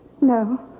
No